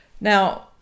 Now